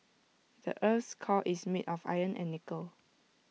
the Earth's core is made of iron and nickel